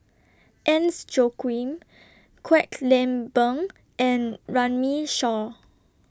Agnes Joaquim Kwek Leng Beng and Runme Shaw